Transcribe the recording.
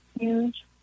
huge